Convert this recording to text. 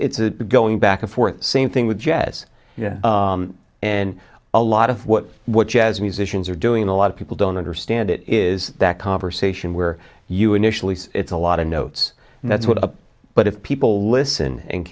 it's a going back and forth same thing with jazz and a lot of what what jazz musicians are doing a lot of people don't understand it is that conversation where you initially say it's a lot of notes and that's what the but if people listen and